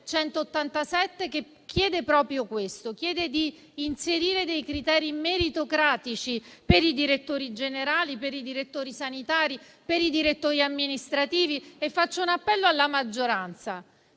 187, che chiede proprio di inserire dei criteri meritocratici per i direttori generali, per i direttori sanitari, per i direttori amministrativi. Faccio un appello alla maggioranza: